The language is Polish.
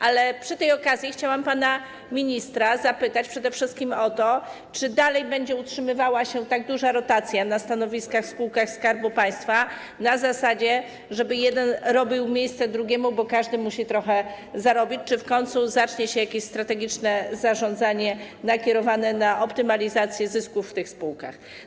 Ale przy tej okazji chciałam pana ministra zapytać przede wszystkim o to, czy dalej będzie utrzymywała się tak duża rotacja na stanowiskach w spółkach Skarbu Państwa, na zasadzie, żeby jeden robił miejsce drugiemu, bo każdy musi trochę zarobić, czy w końcu zacznie się jakieś strategiczne zarządzanie nakierowane na optymalizację zysków w tych spółkach.